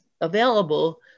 available